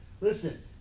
Listen